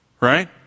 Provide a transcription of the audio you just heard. right